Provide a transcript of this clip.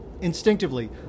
Instinctively